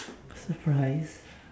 surprise